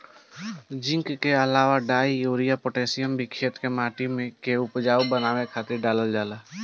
zinc के अलावा डाई, यूरिया, पोटैशियम भी खेते में माटी के उपजाऊ बनावे खातिर डालल जाला